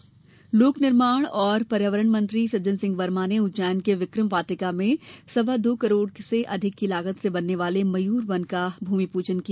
भूमि पूजन लोक निर्माण व पर्यावरण मंत्री सज्जनसिंह वर्मा ने उज्जैन के विक्रम वाटिका में सवा दो करोड़ से अधिक की लागत से बनने वाले मयूर वन का भूमि पूजन किया